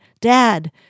Dad